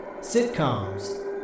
sitcoms